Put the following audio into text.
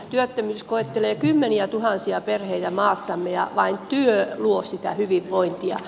työttömyys koettelee kymmeniätuhansia perheitä maassamme ja vain työ luo sitä hyvinvointia